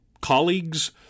colleagues